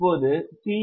இப்போது சி